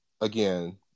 again